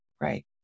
right